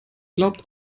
glaubt